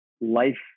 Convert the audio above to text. life